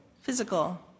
physical